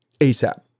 asap